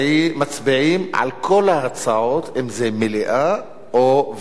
אנחנו מצביעים על כל ההצעות אם זה מליאה או הסרה.